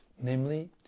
namely